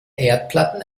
erdplatten